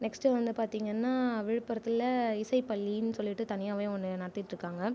next வந்து பார்த்தீங்கன்னா விழுப்புரத்தில் இசை பள்ளின்னு சொல்லிவிட்டு தனியாகவே ஒன்று நடத்திட்டிருக்காங்க